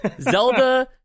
Zelda